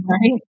Right